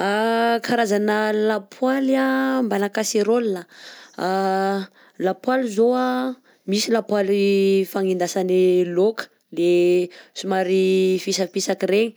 A karazana lapoaly mbana casserole, lapoaly zao a misy lapoaly fagnendasaneh laoka le somary fisapisaka regny,